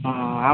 ହଁ ଆମ